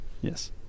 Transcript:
Yes